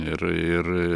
ir ir